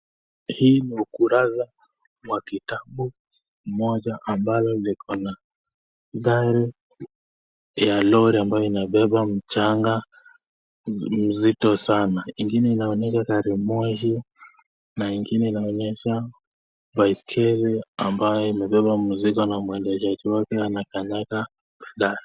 Hii ni ukurasa wa kitabu mmoja ambaye liko na tyre ya lori inabeba mchanga mzito sana. Ingine inaonyesha gari moshi na ingine inaonyesha baiskeli ambayo imebeba mzigo na mwendeshaji wake anakanyaga ndani.